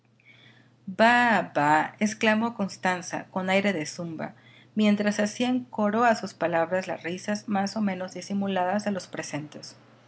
bah exclamó constanza con aire de zumba mientras hacían coro a sus palabras las risas más o menos disimuladas de los presentes